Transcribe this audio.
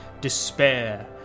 despair